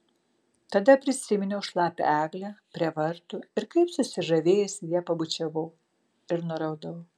tada prisiminiau šlapią eglę prie vartų ir kaip susižavėjusi ją pabučiavau ir nuraudau